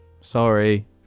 Sorry